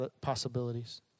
possibilities